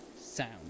sound